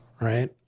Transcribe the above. right